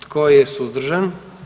Tko je suzdržan?